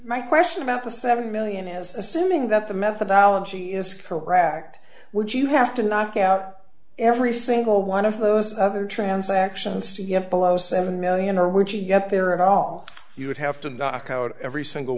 my question about the seven million as assuming that the methodology is correct would you have to knock out every single one of those other transactions below seven million or would you get there at all you would have to knock out every single